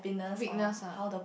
weakness ah